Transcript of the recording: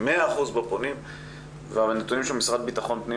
100% בפונים והנתונים שהמשרד לבטחון פנים